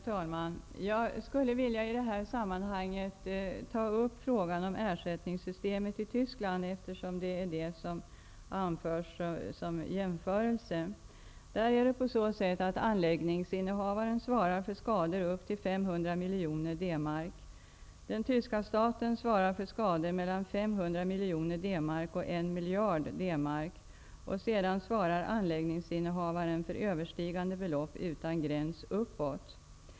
Herr talman! Jag skulle i det här sammanhanget vilja ta upp frågan om ersättningssystemet i Tyskland, eftersom det har anförts vid en jämförelse. Anläggningsinnehavaren svarar för skador upp till 500 miljoner D-Mark. Den tyska staten svarar för skador mellan 500 miljoner D-Mark och 1 miljard D-Mark. Sedan svarar anläggningsinnehavaren för överstigande belopp utan gräns uppåt.